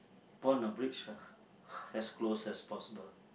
burn a bridge ah as close as possible